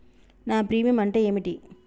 నా ప్రీమియం అంటే ఏమిటి?